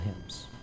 hymns